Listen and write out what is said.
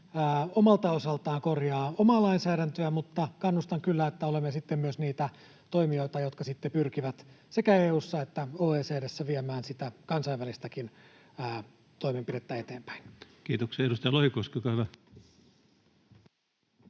omalta osaltaan korjaa omaa lainsäädäntöään, mutta kannustan kyllä, että olemme sitten myös niitä toimijoita, jotka pyrkivät sekä EU:ssa että OECD:ssä viemään sitä kansainvälistäkin toimenpidettä eteenpäin. [Speech 143] Speaker: Ensimmäinen